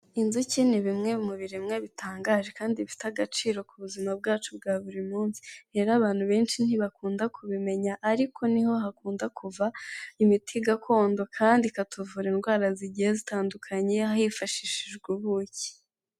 Inzuki ni bimwe mu biremwa bitangaje, kandi bifite agaciro ku buzima bwacu bwa buri munsi. Rero abantu benshi ntibakunda kubimenya, ariko niho hakunda kuva imiti gakondo, kandi ikatuvura indwara zigiye zitandukanye, hifashishijwe ubuki.